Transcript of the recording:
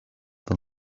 than